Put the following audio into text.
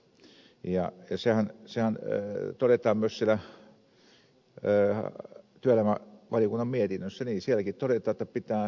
sielläkin todetaan että pitää varata tämmöistä apua kriisiapua sitten ja jälkihoitoa kun näitä ryöstöjä tapahtuu